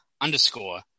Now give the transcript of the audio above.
underscore